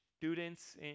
students